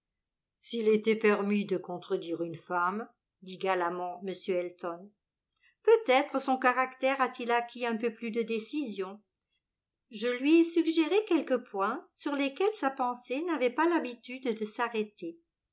s'il était permis de contredire une femme dit galamment m elton peut-être son caractère a-t-il acquis un peu plus de décision je lui ai suggéré quelques points sur lesquels sa pensée n'avait pas l'habitude de s'arrêter